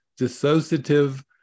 dissociative